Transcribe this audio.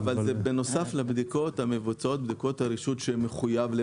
זה בנוסף לבדיקות הרישוי שחייבים לבצע.